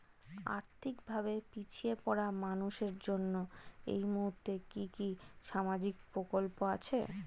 আর্থিক ভাবে পিছিয়ে পড়া মানুষের জন্য এই মুহূর্তে কি কি সামাজিক প্রকল্প আছে?